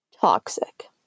toxic